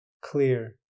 clear